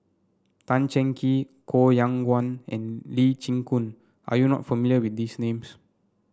Tan Cheng Kee Koh Yong Guan and Lee Chin Koon are you not familiar with these names